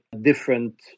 different